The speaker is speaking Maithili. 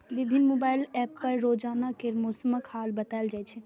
विभिन्न मोबाइल एप पर रोजाना केर मौसमक हाल बताएल जाए छै